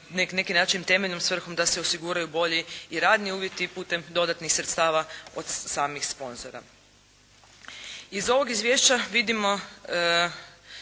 neki način temeljnom svrhom da se osiguraju bolji i radni uvjeti putem dodatnih sredstava od samih sponzora. Iz ovog izvješća vidimo